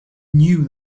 knew